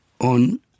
on